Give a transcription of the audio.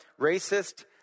Racist